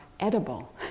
edible